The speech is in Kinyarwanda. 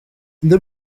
undi